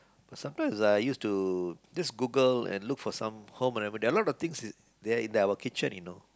but sometimes I use to just Google and look for some home remedies a lot of things is are in our home kitchen you know